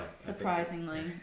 surprisingly